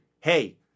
hey